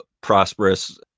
prosperous